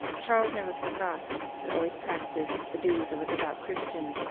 charles never forgot, but always practised, the duties of a devout christian.